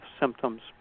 symptoms